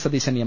Satheesan M